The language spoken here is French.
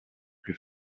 plus